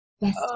Best